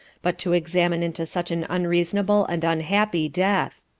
but to examine into such an unreasonable and unhappy death.